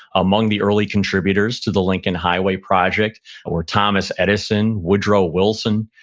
among the early contributors to the lincoln highway project were thomas edison, woodrow wilson,